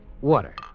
Water